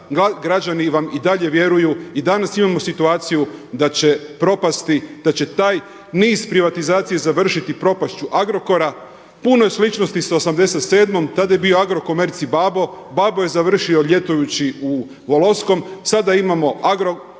građani vam i dalje vjeruju, i danas imamo situaciju da će propasti, da će taj niz privatizacije završiti propašću Agrokora. Puno je sličnosti sa '87. Tada je bio Agrokomerc i babo. Babo je završio ljetujući u Voloskom. Sada imamo Agrokor,